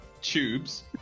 tubes